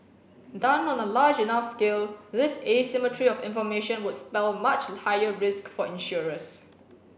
done on a large enough scale this asymmetry of information would spell much higher risk for insurers